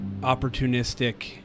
opportunistic